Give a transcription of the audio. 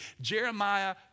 Jeremiah